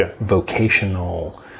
vocational